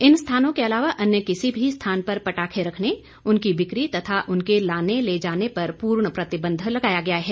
इन स्थानों के अलावा अन्य किसी भी स्थान पर पटाखे रखने उनकी बिकी तथा उनके लाने ले जाने पर पूर्ण प्रतिबंध लगाया गया है